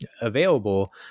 available